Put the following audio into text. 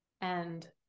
and-